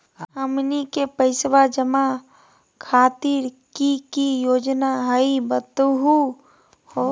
हमनी के पैसवा जमा खातीर की की योजना हई बतहु हो?